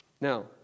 Now